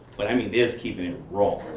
but i mean, there's keeping it raw,